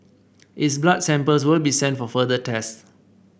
its blood samples will be sent for further tests